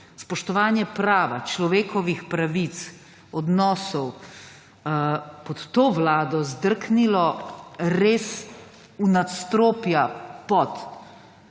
spoštovanje prava, človekovih pravic, odnosov pod to vlado zdrknilo res v nadstropja pod